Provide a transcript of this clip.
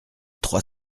trois